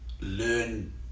learn